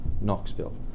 Knoxville